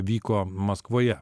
vyko maskvoje